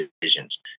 decisions